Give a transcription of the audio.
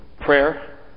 prayer